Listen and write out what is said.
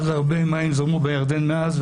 אבל הרבה מים זרמו בירדן מאז,